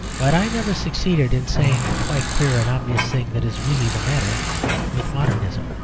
but i never succeeded in saying the quite clear and obvious thing that is really the matter with modernism.